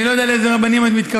אני לא יודע לאיזה רבנים את מתכוונת.